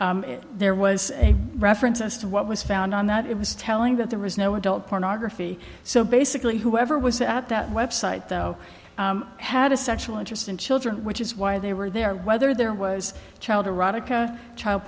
court there was a reference as to what was found on that it was telling that there was no adult pornography so basically whoever was at that web site though had a sexual interest in children which is why they were there whether there was child erotica child